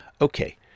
Okay